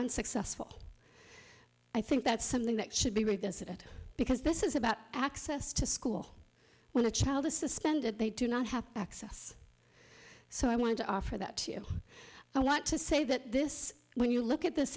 unsuccessful i think that's something that should be reconsidered because this is about access to school when a child is suspended they do not have access so i want to offer that to you i want to say that this when you look at this